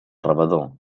rebedor